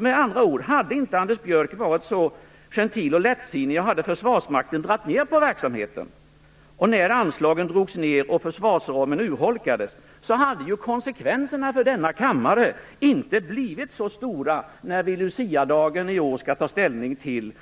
Med andra ord: Hade inte Anders Björck varit så gentil och lättsinnig hade Försvarsmakten dragit ner på verksamheten. När anslagen drogs ner och försvarsramen urholkades hade konsekvenserna för denna kammare inte blivit så stora när vi Luciadagen i år skall ta ställning till